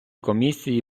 комісії